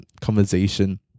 conversation